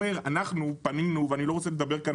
אנחנו פנינו ואני לא רוצה לדבר כאן